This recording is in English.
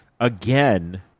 again